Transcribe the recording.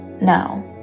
now